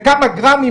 בכמה גרמים,